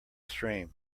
stream